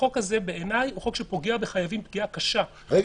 החוק הזה בעיניי הוא חוק שפוגע בחייבים פגיעה קשה -- רגע,